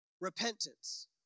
Repentance